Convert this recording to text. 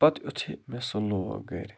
پَتہٕ یُتھٕے مےٚ سُہ لوگ گَرٕ